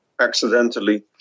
accidentally